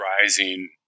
rising